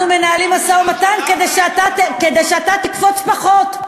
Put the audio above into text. אנחנו מנהלים משא-ומתן כדי שאתה תקפוץ פחות,